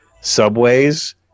subways